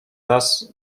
raz